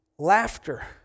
Laughter